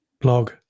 blog